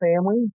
family